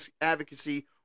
advocacy